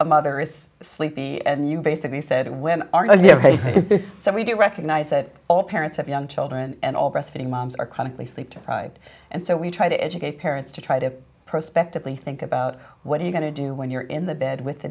a mother is sleepy and you basically said that women aren't and so we do recognize that all parents of young children and all breastfeeding moms are chronically sleep deprived and so we try to educate parents to try to prospect a plea think about what are you going to do when you're in the bed with